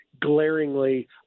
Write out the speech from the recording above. glaringly